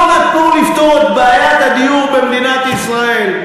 לא נתנו לו לפתור את בעיית הדיור במדינת ישראל.